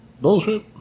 Bullshit